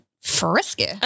frisky